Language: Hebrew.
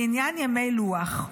בעניין ימי לוח,